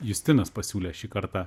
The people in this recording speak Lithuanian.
justinas pasiūlė šį kartą